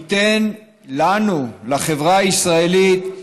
הוא ייתן לנו, לחברה הישראלית,